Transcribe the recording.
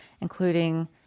including